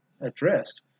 addressed